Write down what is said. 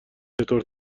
چطور